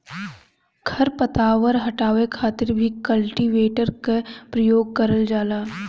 खर पतवार हटावे खातिर भी कल्टीवेटर क परियोग करल जाला